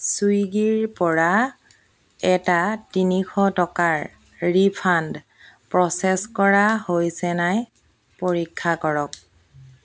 চুইগিৰপৰা এটা তিনিশ টকাৰ ৰিফাণ্ড প্ৰ'চেছ কৰা হৈছে নাই পৰীক্ষা কৰক